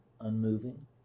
Unmoving